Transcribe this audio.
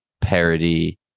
parody